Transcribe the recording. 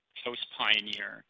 post-Pioneer